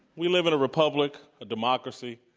we live in a republic, a democracy.